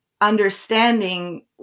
understanding